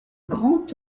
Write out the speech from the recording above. grand